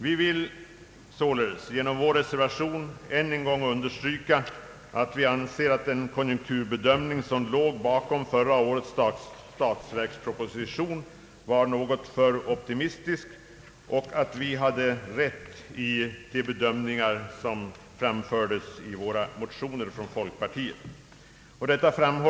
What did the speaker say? Vi vill således genom vår reservation än en gång understryka att vi anser att den konjunkturbedömning, som låg bakom förra årets statsverksproposition, var något för optimistisk och att folkpartiet hade rätt i sin bedömning i motionerna.